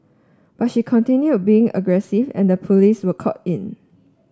but she continued being aggressive and the police were called in